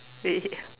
really ah